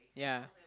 yeah